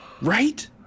Right